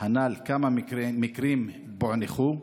הנ"ל כמה מקרים פוענחו?